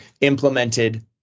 implemented